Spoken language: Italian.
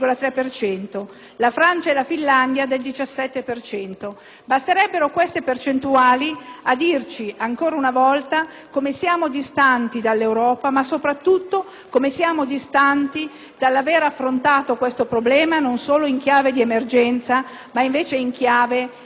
a dimostrare, ancora una volta, come siamo distanti dall'Europa, ma soprattutto come siamo distanti dall'aver affrontato questo problema non solo in chiave di emergenza, ma in chiave di risoluzione stabile, di ricerca di risposte vere ai problemi veri della gente.